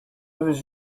was